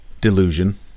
delusion